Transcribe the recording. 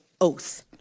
oath